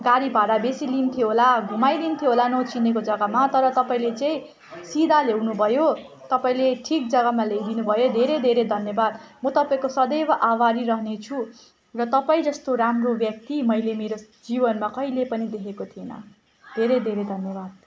गाडी भाडा बेसी लिन्थ्यो होला घुमाइदिन्थ्यो होला नचिनेको जग्गामा तर तपाईँले चाहिँ सिधा ल्याउनुभयो तपाईँले ठिक जग्गामा ल्याइदिनुभयो धेरै धेरै धन्यवाद म तपाईँको सदैव आभारी रहने छु र तपाईँ जस्तो राम्रो व्यक्ति मैले मेरो जीवनमा कहिले पनि देखेको थिइनँ धेरै धेरै धन्यवाद